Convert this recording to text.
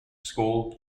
school